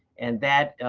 and that